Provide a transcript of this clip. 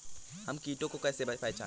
हम कीटों को कैसे पहचाने?